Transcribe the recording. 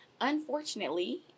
unfortunately